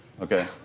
Okay